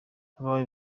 abawe